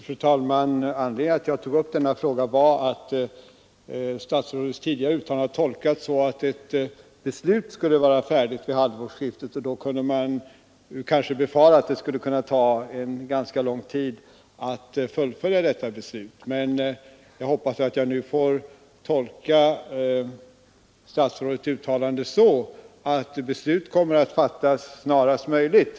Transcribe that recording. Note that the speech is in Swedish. Fru talman! Anledningen till att jag tog upp denna fråga var att statsrådets tidigare uttalande har tolkats så att ett beslut skulle vara fattat vid halvårsskiftet. Man kunde befara att det sedan skulle ta ganska lång tid att fullfölja detta beslut. Jag hoppas att jag får tolka statsrådets uttalande nu så, att ett beslut kommer att fattas snarast möjligt.